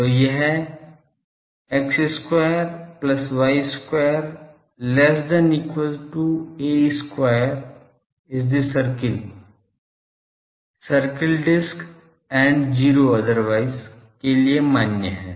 तो यह x square plus y square less than equal to a square is the circle circular disc and 0 otherwise के लिए मान्य है